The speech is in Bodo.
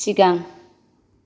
सिगां